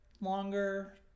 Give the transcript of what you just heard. longer